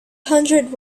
hundred